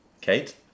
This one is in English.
Kate